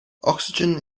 oxygen